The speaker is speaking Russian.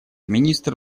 министр